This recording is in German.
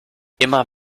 immer